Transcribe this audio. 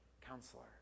counselor